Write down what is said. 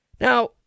now